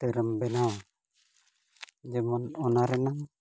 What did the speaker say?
ᱪᱤᱛᱟᱹᱨᱮᱢ ᱵᱮᱱᱟᱣᱟ ᱡᱮᱢᱚᱱ ᱚᱱᱟ ᱨᱮᱱᱟᱝ